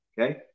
okay